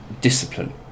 discipline